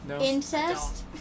Incest